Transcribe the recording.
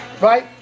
right